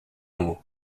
mot